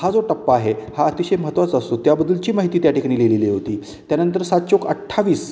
हा जो टप्पा आहे हा अतिशय महत्त्वाचा असतो त्याबद्दलची माहिती त्या ठिकाणी लिहिलेली होती त्यानंतर सात चोक अठ्ठावीस